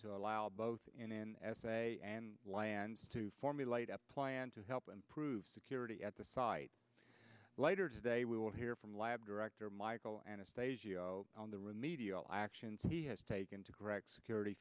to allow both in an essay and land to formulate a plan to help improve security at the site later today we will hear from lab director michael anastasia on the remedial actions he has taken to correct security